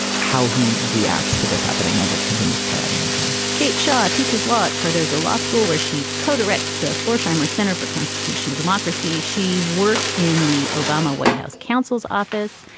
how he reacts to this happening as it continues to play out in real time kate shaw teaches law at cardozo law school, where she co-directs the florsheim center for constitutional democracy. she worked in the obama white house counsel's office.